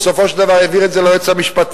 בסופו של דבר העביר את זה ליועץ המשפטי,